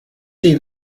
see